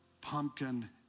pumpkin